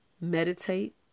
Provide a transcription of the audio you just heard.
meditate